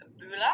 Bula